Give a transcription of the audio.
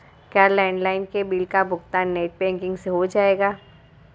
क्या लैंडलाइन के बिल का भुगतान नेट बैंकिंग से हो जाएगा?